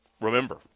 remember